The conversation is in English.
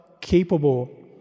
capable